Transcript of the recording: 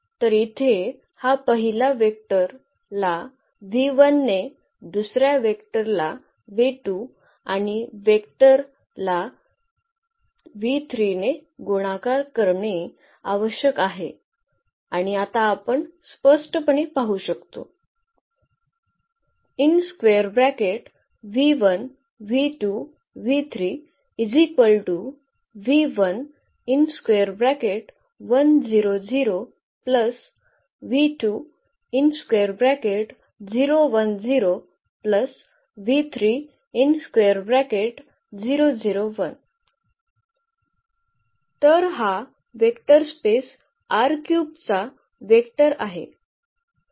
तर इथे हा पहिला वेक्टर ला ने दुसर्या वेक्टर ला आणि वेक्टर ला ने गुणाकार करणे आवश्यक आहे आणि आता आपण स्पष्टपणे पाहू शकतो तर हा वेक्टर स्पेस चा वेक्टर आहे